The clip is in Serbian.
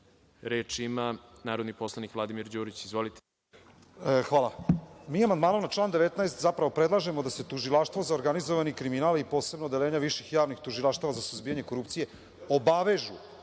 ima narodni poslanik Vladimir Đurić. **Vladimir Đurić** Mi amandmanom na član 19. zapravo predlažemo da se Tužilaštvo za organizovani kriminal i posebno odeljenje viših javnih tužilaštava za suzbijanje korupcije obavežu